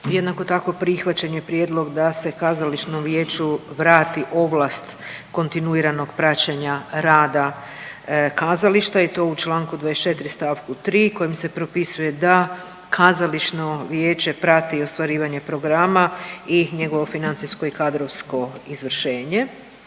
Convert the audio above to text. Jednako tako prihvaćen je prijedlog da se kazališnom vijeću vrati ovlast kontinuiranog praćenja rada kazališta i to u čl. 24. st. 3. kojim se propisuje da kazališno vijeće prati ostvarivanje programa i njegovo financijsko i kadrovsko izvršenje.